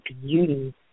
beauty